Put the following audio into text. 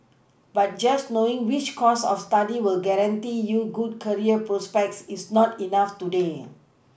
but just knowing which course of study will guarantee you good career prospects is not enough today